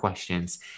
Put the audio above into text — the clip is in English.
questions